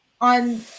on